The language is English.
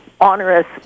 onerous